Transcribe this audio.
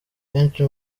benshi